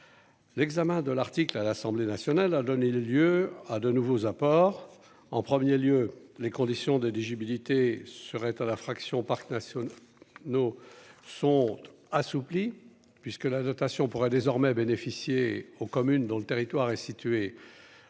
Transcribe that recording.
L'examen de l'article à l'Assemblée nationale a donné lieu à de nouveaux apports en 1er lieu les conditions des déchets milité seraient en infraction parcs nationaux, nos sondes assoupli puisque la dotation pourra désormais bénéficier aux communes dont le territoire est situé